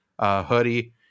hoodie